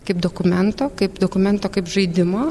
kaip dokumento kaip dokumento kaip žaidimo